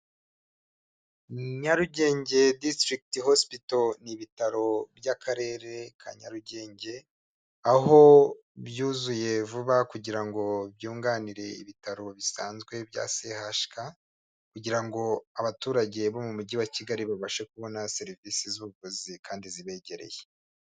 Nyarugenge District Hospital ni ibitaro by'Akarere ka Nyarugenge, aho byuzuye vuba kugira ngo byunganire ibitaro bisanzwe bya CHUK, kugira ngo abaturage bo mu mujyi wa Kigali babashe kubona serivisi z'ubuvuzi kandi zibegereye.